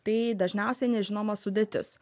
tai dažniausiai nežinoma sudėtis